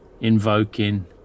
invoking